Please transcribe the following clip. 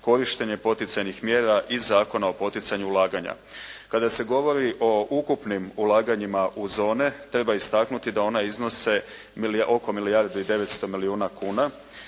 korištenje poticajnih mjera iz Zakona o poticanju ulaganja. Kada se govori o ukupnim ulaganjima u zone treba istaknuti da one iznose oko milijardu